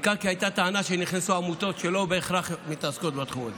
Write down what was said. בעיקר כי הייתה טענה שנכנסו עמותות שלא בהכרח מתעסקות בתחום הזה.